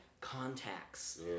Contacts